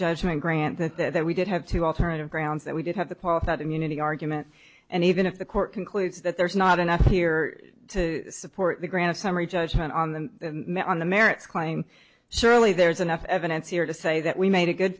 judgment grant that that we did have to alternative grounds that we did have the policy that immunity argument and even if the court concludes that there's not enough here to support the grant of summary judgment on the on the merits claim surely there is enough evidence here to say that we made a good